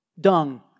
dung